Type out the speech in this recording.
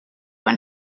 when